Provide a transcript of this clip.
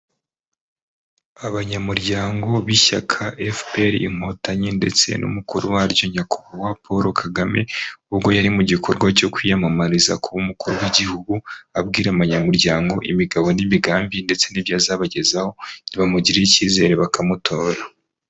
Abanyamuryango b'ishyaka FPR inkotanyi ndetse n'umukuru waryo nyakubahwa Paul Kagame ubwo yari mu gikorwa cyo kwiyamamariza kuba umukuru w'igihugu abwira abanyamuryango imigabo n'imigambi ndetse n'ibyo azabagezaho nibamugirira icyizere bakamutora.